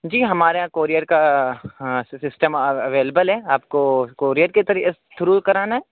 جی ہمارے یہاں کوریئر کا ہاں سسٹم اویلیبل ہے آپ کو کوریئر کے تھرو کرانا ہے